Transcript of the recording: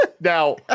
Now